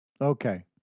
Okay